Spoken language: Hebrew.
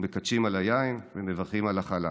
אנחנו מקדשים על היין ומברכים על החלה,